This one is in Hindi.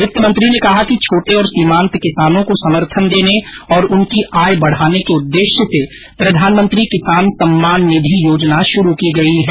वित्तमंत्री ने कहा कि छोटे और सीमांत किसानों को समर्थन देने और उनकी आय बढ़ाने के उद्देश्य से प्रधानमंत्री किसान सम्मान निधि योजना श्रू की गई है